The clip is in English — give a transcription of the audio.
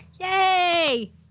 Yay